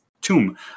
tomb